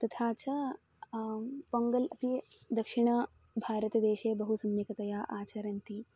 तथा च पोङ्गल् अपि दक्षिणभारतदेशे बहु सम्यक्तया आचरन्ति